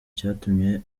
cyatumye